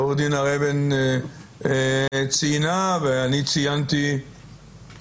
עוה"ד הר אבן ציינה ואני ציינתי אפשרות